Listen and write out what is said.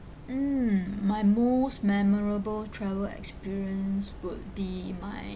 mm my most memorable travel experience would be my